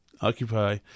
Occupy